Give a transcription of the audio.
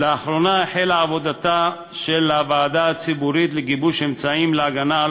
לאחרונה החלה עבודתה של הוועדה הציבורית לגיבוש אמצעים להגנה על